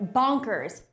bonkers